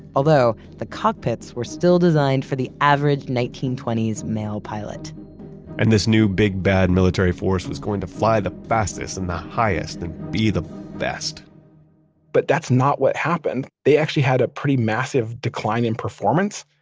although the cockpits were still designed for the average nineteen twenty s male pilot and this new big, bad military force was going to fly the fastest and the highest and be the best but that's not what happened. they actually had a pretty massive decline in performance,